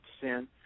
sin